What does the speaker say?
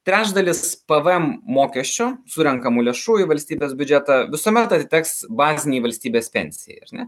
trečdalis pvm mokesčio surenkamų lėšų į valstybės biudžetą visuomet atiteks bazinei valstybės pensijai ar ne